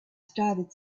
started